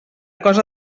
cosa